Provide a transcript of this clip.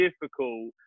difficult